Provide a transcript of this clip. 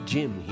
Jim